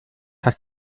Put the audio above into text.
hat